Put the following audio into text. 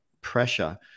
pressure